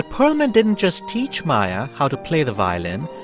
perlman didn't just teach maya how to play the violin.